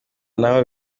ntaho